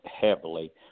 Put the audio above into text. heavily